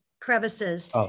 crevices